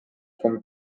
from